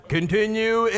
Continue